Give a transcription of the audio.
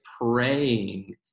praying